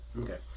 Okay